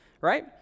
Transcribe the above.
Right